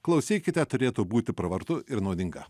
klausykite turėtų būti pravartu ir naudinga